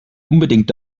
unbedingt